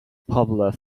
popular